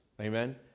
amen